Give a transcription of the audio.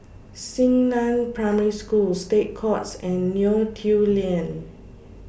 Xingnan Primary School State Courts and Neo Tiew Lane